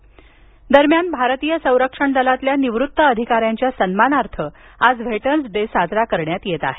veterans day दरम्यान भारतीय संरक्षण दलातील निवृत्त अधिकाऱ्यांच्या सन्मानार्थ आज व्हेटर्नस डे साजरा करण्यात येत आहे